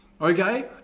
Okay